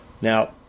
Now